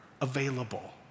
available